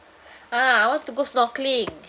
ma I want to go snorkeling